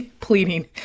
pleading